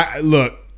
Look